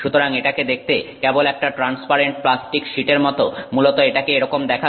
সুতরাং এটাকে দেখতে কেবল একটা ট্রান্সপারেন্ট প্লাস্টিক শিট এর মত মূলত এটাকে এরকম দেখাবে